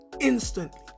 Instantly